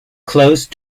close